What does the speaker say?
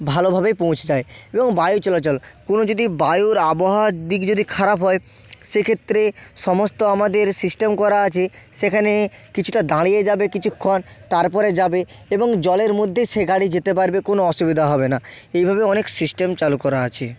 ভালোভাবেই পৌঁছে যায় এবং বায়ু চলাচল কোনো যদি বায়ুর আবহাওয়ার দিক যদি খারাপ হয় সেক্ষেত্রে সমস্ত আমাদের সিস্টেম করা আছে সেখানে কিছুটা দাঁড়িয়ে যাবে কিছুক্ষণ তার পরে যাবে এবং জলের মধ্যে সে গাড়ি যেতে পারবে কোনো অসুবিধা হবে না এইভাবে অনেক সিস্টেম চালু করা আছে